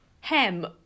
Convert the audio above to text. hem